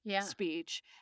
speech